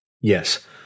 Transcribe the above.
Yes